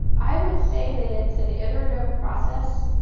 i would say that it's an iterative process.